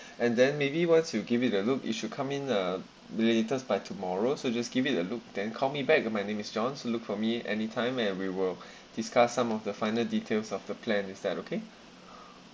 and then maybe once you give it a look you should come in uh latest by tomorrow so you just give it a look then call me back my name is john look for me anytime and we will discuss some of the final details of the plan is that okay